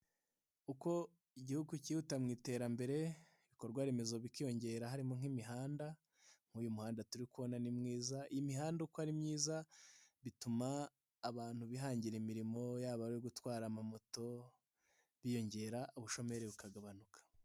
Uko Igihugu kihuta mu iterambere ibikorwa remezo bikiyongera harimo nk'imihanda, nk'uyu muhanda turi kubon ari myiza, iyi mihanda uko ari myiza bituma abantu bihangira imirimo yaba ari gutwara amamoto biyongera, ubushomeri bukagabanuka.